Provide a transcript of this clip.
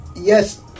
yes